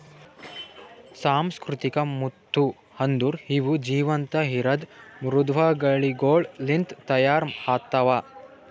ಸುಸಂಸ್ಕೃತಿಕ ಮುತ್ತು ಅಂದುರ್ ಇವು ಜೀವಂತ ಇರದ್ ಮೃದ್ವಂಗಿಗೊಳ್ ಲಿಂತ್ ತೈಯಾರ್ ಆತ್ತವ